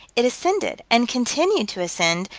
it ascended, and continued to ascend,